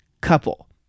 couple